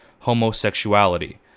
homosexuality